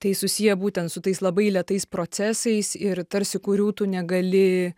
tai susiję būtent su tais labai lėtais procesais ir tarsi kurių tu negali